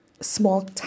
small